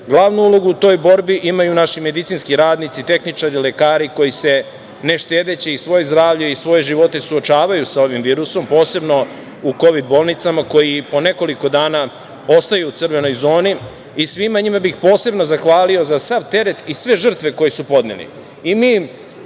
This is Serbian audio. Glavnu ulogu u toj borbi imaju naši medicinski radnici, tehničari, lekari koji se ne štedeći svoje zdravlje i svoje živote suočavaju sa ovim virusom, posebno u kovid-bolnicama, koji i po nekoliko dana ostaju u crvenoj zoni. Svima njima bih posebno zahvalio za sav teret i sve žrtve koje su podneli.